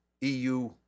EU